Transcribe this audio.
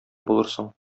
булырсың